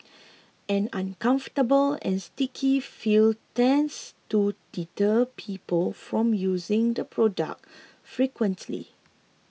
an uncomfortable and sticky feel tends to deter people from using the product frequently